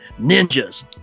ninjas